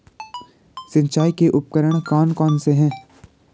सिंचाई के उपकरण कौन कौन से हैं?